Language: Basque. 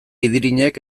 idirinek